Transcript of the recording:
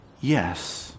yes